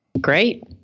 Great